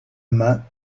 main